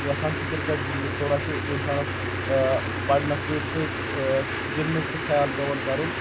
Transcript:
تہٕ گژھان چھِ کرکٹ گِنٛدنہِ تھوڑا چھُ انسانس پرنس سۭتۍ سۭتۍ گِنٛدنُک تہِ خیال پؠوان کرُن